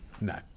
No